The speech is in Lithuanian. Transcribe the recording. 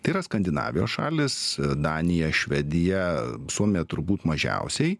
tai yra skandinavijos šalys danija švedija suomija turbūt mažiausiai